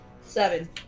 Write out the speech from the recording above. Seven